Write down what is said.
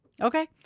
Okay